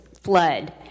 flood